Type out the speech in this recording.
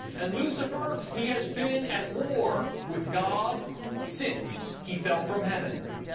and lucifer, he has been at war with god since he fell from heaven